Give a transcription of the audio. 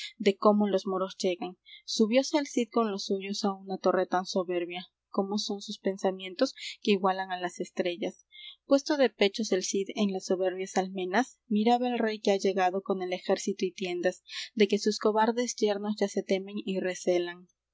de cómo los moros llegan subióse el cid con los suyos á una torre tan soberbia como son sus pensamientos que igualan á las estrellas puesto de pechos el cid en las soberbias almenas miraba el rey que ha llegado con el ejército y tiendas de que sus cobardes yernos ya se temen y recelan